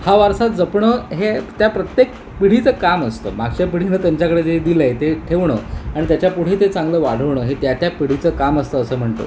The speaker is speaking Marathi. हा वारसा जपणं हे त्या प्रत्येक पिढीचं काम असतं मागच्या पिढीनं त्यांच्याकडे जे दिलंय ते ठेवणं आणि त्याच्या पुढे ते चांगलं वाढवणं हे त्या त्या पिढीचं काम असतं असं म्हणतं